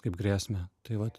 kaip grėsmę tai vat